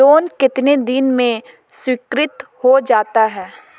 Loan कितने दिन में स्वीकृत हो जाता है?